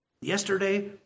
yesterday